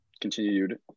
continued